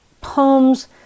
poems